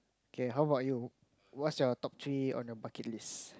K how about you what's your top three on the bucket list